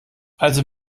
also